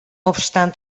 obstant